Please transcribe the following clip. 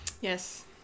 Yes